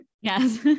Yes